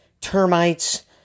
termites